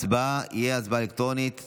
התשפ"ג 2023, התקבלה.